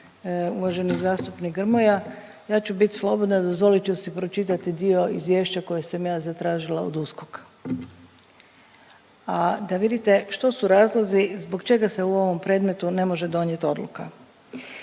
uvaženi zastupnik Grmoja ja ću bit slobodna, dozvolit ću si pročitati dio izvješća koje sam ja zatražila od USKOK-a, a da vidite što su razlozi, zbog čega se u ovom predmetu ne može donijeti odluka.